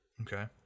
Okay